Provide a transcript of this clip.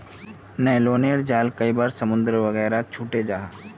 न्य्लोनेर जाल कई बार समुद्र वगैरहत छूटे जाह